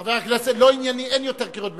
חבר הכנסת, לא ענייני, אין יותר קריאות ביניים.